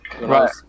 Right